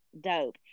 dope